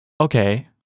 Okay